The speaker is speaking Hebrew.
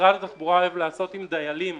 שמשרד התחבורה אוהב לעשות עם דיילים,